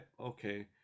okay